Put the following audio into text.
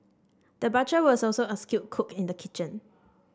the butcher was also a skilled cook in the kitchen